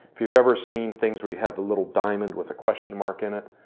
if you've ever seen things where you have the little diamond with a question mark in it,